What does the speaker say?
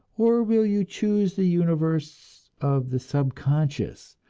or will you choose the universe of the subconscious,